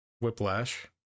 Whiplash